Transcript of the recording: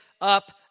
up